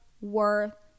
worth